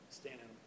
standing